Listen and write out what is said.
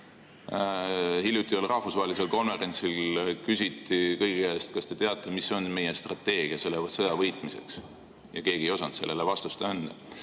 Hiljuti ühel rahvusvahelisel konverentsil küsiti kõigi käest, kas te teate, mis on meie strateegia selle sõja võitmiseks. Ja keegi ei osanud sellele vastust anda.